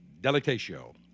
Delicatio